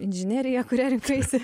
inžinerija kurią rinkaisi